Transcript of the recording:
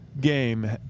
game